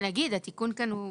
ונגיד, התיקון כאן הוא